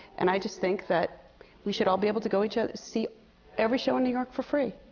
and i just think that we should all be able to go each other see every show in new york for free.